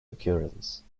occurrence